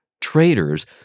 Traders